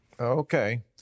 Okay